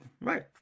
Right